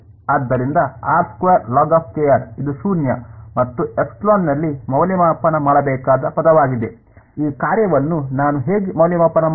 ಆದ್ದರಿಂದ ಇದು ಶೂನ್ಯ ಮತ್ತು ε ನಲ್ಲಿ ಮೌಲ್ಯಮಾಪನ ಮಾಡಬೇಕಾದ ಪದವಾಗಿದೆ ಈ ಕಾರ್ಯವನ್ನು ನಾನು ಹೇಗೆ ಮೌಲ್ಯಮಾಪನ ಮಾಡುವುದು